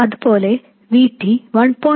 അതുപോലെ V T 1